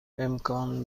امکان